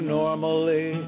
normally